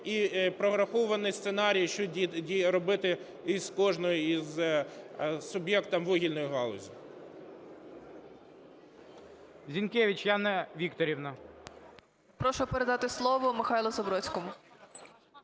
і прорахований сценарій, що робити із кожним суб'єктом вугільної галузі.